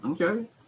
Okay